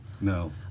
No